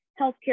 healthcare